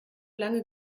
lange